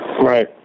Right